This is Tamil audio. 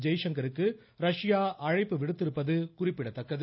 ஜெய்சங்கருக்கு ரஷ்யா அழைப்பு விடுத்திருப்பது குறிப்பிடத்தக்கது